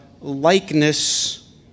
likeness